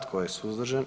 Tko je suzdržan?